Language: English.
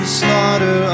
slaughter